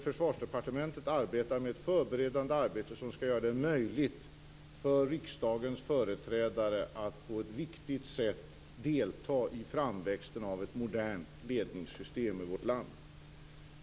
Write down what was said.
Försvarsdepartementet håller dock på med ett förberedande arbete som skall göra det möjligt för riksdagens företrädare att på ett viktigt sätt delta i framväxten av ett modernt ledningssystem i vårt land.